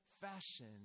fashion